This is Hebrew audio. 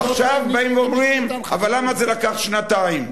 עכשיו באים ואומרים: אבל למה זה לקח שנתיים?